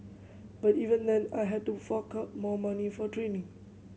but even then I had to fork out more money for training